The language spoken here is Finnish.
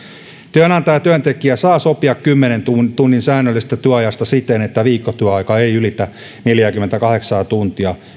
työnantaja ja työntekijä saavat sopia kymmenen tunnin säännöllisestä työajasta siten että viikkotyöaika ei ylitä neljääkymmentäkahdeksaa tuntia